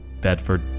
Bedford